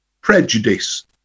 prejudice